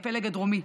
הפלג הדרומי,